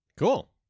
Cool